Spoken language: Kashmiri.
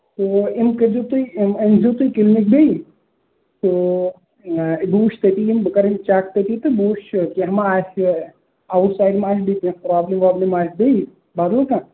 اَوا یِم کٔرۍزِیٚو تُہۍ أنۍ زیٚو تُہۍ کِلنِک بیٚیہِ تہٕ بہٕ وُچھٕ تَتی یِم بہٕ کرٕ یِم چیک تَتی تہٕ بہٕ وُچھٕ کیٚنٛہہ ما آسہِ یہِ اَوُٹ سایڈ ما آسہِ پرٛابلِم وابلِم آسہِ ما بیٚیہِ بدل کانٛہہ